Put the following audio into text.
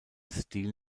stil